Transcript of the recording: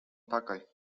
pakaļ